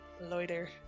loiter